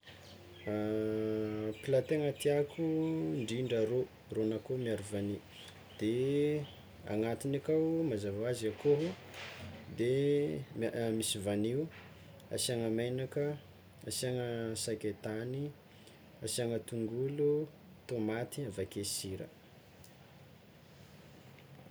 Plat tegna tiako ndrindra rô, ron'akoho miaro vanio de agnatiny aka mazava hoazy akoho misy vanio, asiagna menaka, asiagna sakaitany, asiagna tongolo, tômaty avake sira.